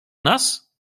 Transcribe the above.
nas